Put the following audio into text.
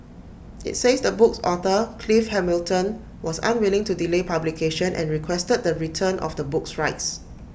IT says the book's author Clive Hamilton was unwilling to delay publication and requested the return of the book's rights